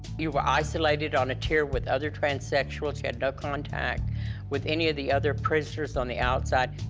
you were isolated on a tier with other transsexuals, you had no contact with any of the other prisoners on the outside.